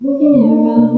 hero